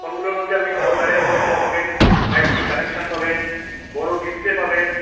ফোনগুলোর মধ্যে আপনি ভালো ব্যাটারি পরিষেবা পাবেন ফাইভ জি কানেকশান পাবেন বড়ো ডিসপ্লে পাবেন